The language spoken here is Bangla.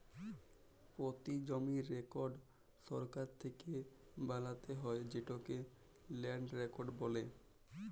পতি জমির রেকড় সরকার থ্যাকে বালাত্যে হয় যেটকে ল্যান্ড রেকড় বলে